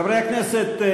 חברי הכנסת,